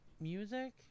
music